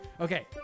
Okay